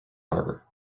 harbor